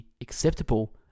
acceptable